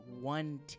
one